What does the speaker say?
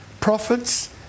profits